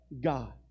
God